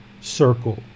circle